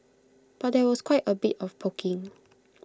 but there was quite A bit of poking